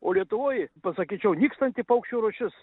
o lietuvoj pasakyčiau nykstanti paukščių rūšis